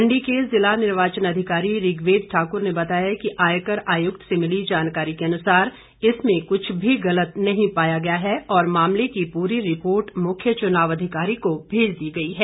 मण्डी के जिला निर्वाचन अधिकारी ऋग्वेद ठाकुर ने बताया कि आयकर आयुक्त से मिली जानकारी के अनुसार इसमें कुछ भी गलत नहीं पाया गया है और मामले की पूरी रिपोर्ट मुख्य चुनाव अधिकारी को भेज दी गई है